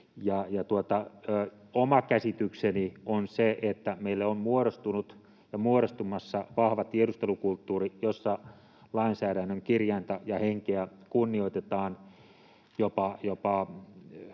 oma käsitykseni on se, että meille on muodostunut ja muodostumassa vahva tiedustelukulttuuri, jossa lainsäädännön kirjainta ja henkeä kunnioitetaan jopa